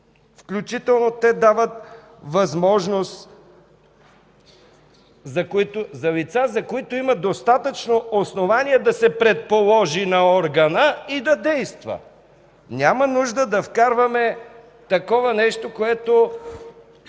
включително те дават възможност (за лица, за които имат достатъчно основания да се предположи) на органа и да действа. Няма нужда да вкарваме такова нещо, което